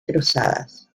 cruzadas